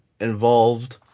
involved